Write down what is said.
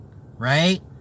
right